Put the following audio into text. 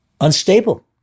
unstable